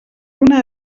una